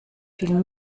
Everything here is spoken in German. viel